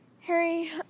Harry